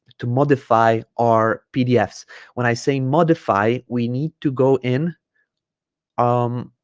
to modify our pdfs when i say modify we need to go in um